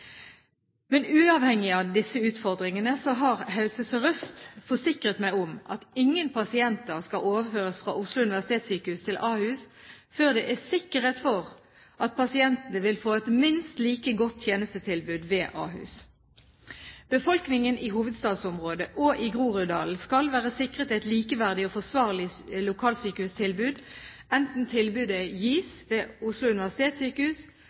Men uavhengig av disse utfordringene har Helse Sør-Øst forsikret meg om at ingen pasienter skal overføres fra Oslo universitetssykehus til Ahus før det er sikkerhet for at pasientene vil få et minst like godt tjenestetilbud ved Ahus. Befolkningen i hovedstadsområdet, og i Groruddalen, skal være sikret et likeverdig og forsvarlig lokalsykehustilbud enten tilbudet gis ved Oslo universitetssykehus,